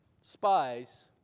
spies